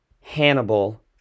Hannibal